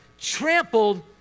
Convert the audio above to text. trampled